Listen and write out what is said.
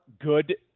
good